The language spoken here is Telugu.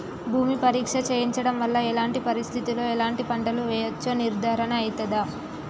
భూమి పరీక్ష చేయించడం వల్ల ఎలాంటి పరిస్థితిలో ఎలాంటి పంటలు వేయచ్చో నిర్ధారణ అయితదా?